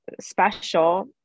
special